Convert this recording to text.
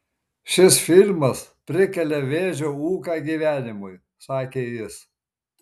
šis filmas prikelia vėžio ūką gyvenimui sakė jis